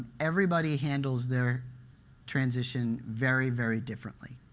everybody handles their transition very, very differently.